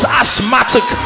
asthmatic